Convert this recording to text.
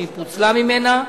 והיא פוצלה ממנה.